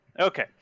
Okay